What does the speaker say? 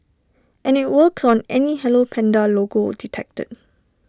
and IT works on any hello Panda logo detected